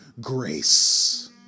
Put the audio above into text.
grace